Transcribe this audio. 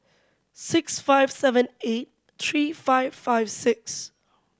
six five seven eight three five five six